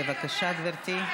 בבקשה, גברתי.